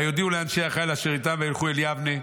ויודיעו לאנשי החיל אשר איתם וילכו אל יבנה,